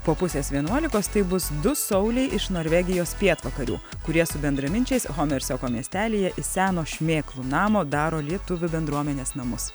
po pusės vienuolikos tai bus du sauliai iš norvegijos pietvakarių kurie su bendraminčiais homersioko miestelyje iš seno šmėklų namo daro lietuvių bendruomenės namus